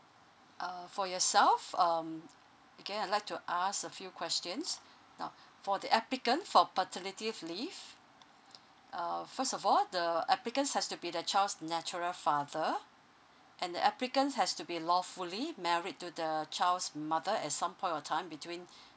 uh for yourself um okay I'd like to ask a few questions now for the applicant for paternity leave uh first of all the applicants has to be the child's natural father and the applicants has to be lawfully married to the child's mother at some point of time between